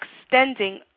extending